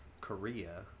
Korea